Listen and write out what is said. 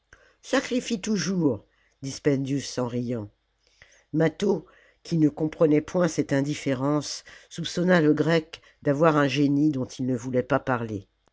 sacrifie toujours dit spendius en riant mâtho qui ne comprenait point cette indifférence soupçonna le grec d'avoir un génie dont il ne voulait pas parler